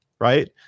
right